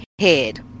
head